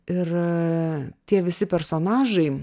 ir tie visi personažai